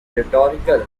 rhetorical